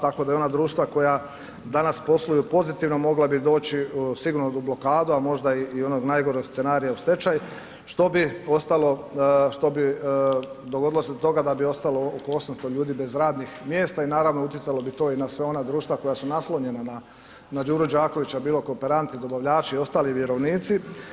Tako da i ona društva koja danas posluju pozitivno mogla bi doći sigurno u blokadu a možda i onog najgoreg scenarija u stečaj što bi dogodilo se do toga da bi ostalo oko 800 ljudi bez radnih mjesta i naravno utjecalo bi to i na sva ona društva koja su naslonjena na Đuro Đaković bilo kooperanti, dobavljači i ostali vjerovnici.